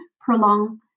prolong